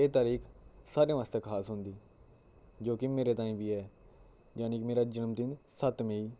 एह् तारीक सारें वास्तै खास होंदी जो की मेरे ताईं बी ऐ यानि की मेरा जनम दिन सत्त मई